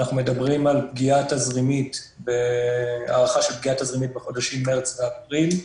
אנחנו מדברים על הערכה של פגיעה תזרימית בחודשים מרץ ואפריל,